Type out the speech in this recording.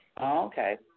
Okay